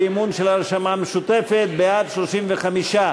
אי-אמון של הרשימה המשותפת, בעד, 35,